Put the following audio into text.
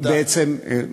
בעצם, תודה.